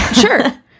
Sure